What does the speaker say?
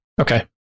Okay